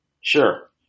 Sure